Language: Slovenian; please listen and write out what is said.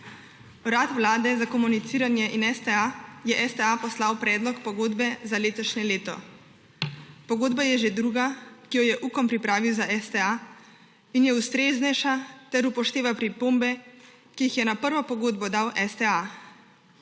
Urad Vlade za komuniciranje in STA je STA poslal predlog pogodbe za letošnje leto. Pogodba je že druga, ki jo je Ukom pripravil za STA in je ustreznejša ter upošteva pripombe, ki jih je na prvo pogodbo dal STA.